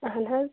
اہن حظ